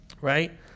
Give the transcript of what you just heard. right